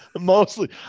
Mostly